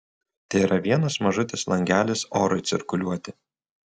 tėra vienas mažutis langelis orui cirkuliuoti